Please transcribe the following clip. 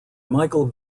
michael